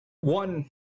one